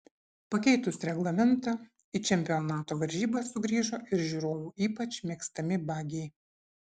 pakeitus reglamentą į čempionato varžybas sugrįžo ir žiūrovų ypač mėgstami bagiai